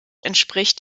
entspricht